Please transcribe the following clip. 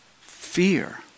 fear